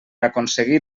aconseguir